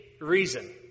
reason